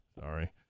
sorry